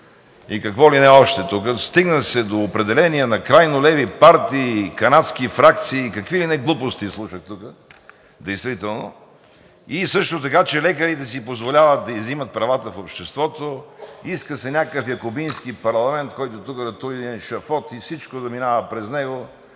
и какво ли не още тука, стигна се до определение на крайнолеви партии, канадски фракции и какви ли не глупости слушах тук действително. Също така, че лекарите си позволяват да изземат правата в обществото, иска се някакъв якобински парламент, който тук да тури един ешафод и всичко да минава през него